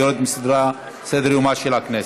והיא יורדת מסדר-יומה של הכנסת.